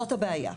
וזאת הבעיה.